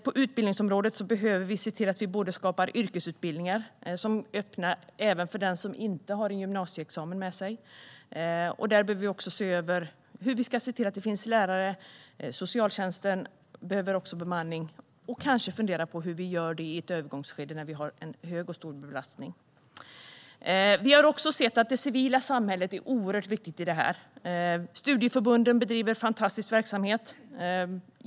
På utbildningsområdet behöver vi se till att vi skapar yrkesutbildningar även för den som inte har en gymnasieexamen. Vi behöver se över hur vi ska se till att det finns lärare. Socialtjänsten behöver också bemanning. Vi behöver kanske fundera på hur vi gör detta i ett övergångsskede när vi har en hög och stor belastning. Vi har sett att det civila samhället är oerhört viktigt. Studieförbunden bedriver en fantastisk verksamhet.